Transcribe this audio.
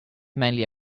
mainly